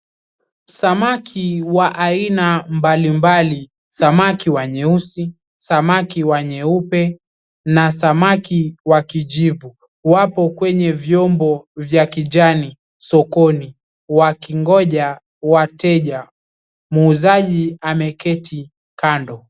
Samaki wa aina mbalimbali. Samaki wa nyeusi, samaki wa nyeupe na samaki wa kijivu, wapo kwenye vyombo vya kijani sokoni wakingoja wateja. Muuzaji ameketi kando.